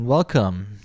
Welcome